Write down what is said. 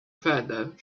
father